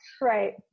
Right